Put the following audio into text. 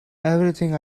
everything